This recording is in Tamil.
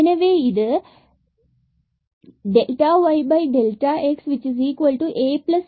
எனவே இது இவ்வாறு yx Aϵ